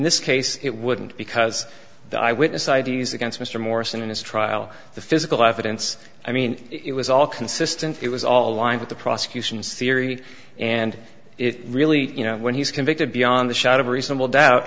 this case it wouldn't because the eyewitness i d s against mr morrison in his trial the physical evidence i mean it was all consistent it was all aligned with the prosecution's theory and it really you know when he's convicted beyond the shot of reasonable doubt